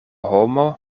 homo